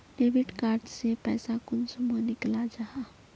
Debit card से पैसा कुंसम निकलाल जाहा?